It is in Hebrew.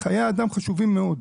חיי אדם חשובים מאוד.